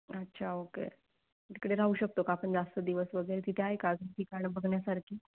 अच्छा ओके तिकडे राहू शकतो का आपण जास्त दिवस वगैरे तिथे आहे का असं ठिकाणं बघण्यासारखी